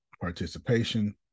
participation